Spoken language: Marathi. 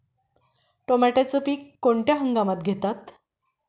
टोमॅटोचे पीक कोणत्या हंगामात घेतात?